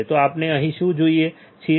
તો આપણે અહીં શું જોઈએ છીએ